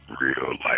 real-life